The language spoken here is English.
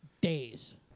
days